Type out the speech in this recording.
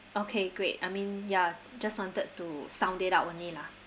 okay great I mean ya just wanted to sound it out only lah